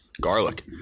garlic